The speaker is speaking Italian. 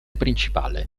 principale